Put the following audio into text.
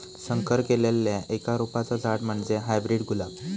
संकर केल्लल्या एका रोपाचा झाड म्हणजे हायब्रीड गुलाब